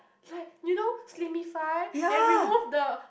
like you know slimicide and remove the